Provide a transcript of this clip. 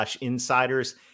insiders